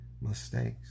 mistakes